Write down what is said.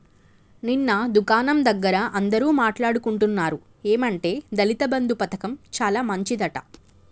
నిన్న దుకాణం దగ్గర అందరూ మాట్లాడుకుంటున్నారు ఏమంటే దళిత బంధు పథకం చాలా మంచిదట